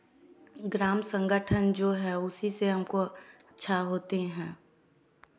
ग्राम संगठन जो है उसी से हमको अच्छा होती है